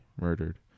murdered